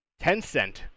Tencent